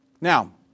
Now